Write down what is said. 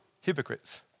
Hypocrites